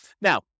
Now